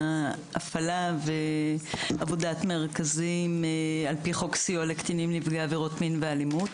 ההפעלה ועבודת המרכזים על פי חוק סיוע לקטינים נפגעי עבירות מין או אלימות,